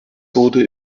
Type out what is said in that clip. wurde